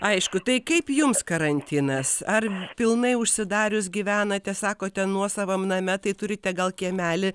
aišku tai kaip jums karantinas ar pilnai užsidarius gyvenate sakote nuosavam name tai turite gal kiemelį